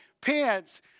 pants